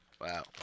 Wow